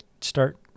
start